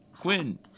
Quinn